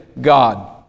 God